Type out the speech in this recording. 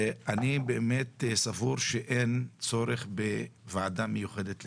ואני באמת סבור שאין צורך בוועדה מיוחדת לחריש.